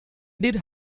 did